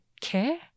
care